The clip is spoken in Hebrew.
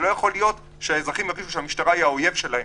לא יכול להיות שהאזרחים ירגישו שהמשטרה היא האויב שלהם.